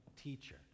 teacher